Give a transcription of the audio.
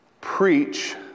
Preach